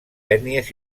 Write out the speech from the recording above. ètnies